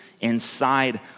inside